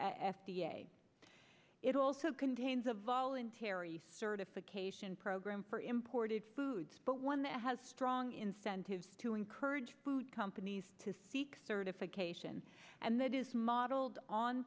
it also contains a voluntary certification program for imported foods but one that has strong incentives to encourage companies to seek certification and that is modeled on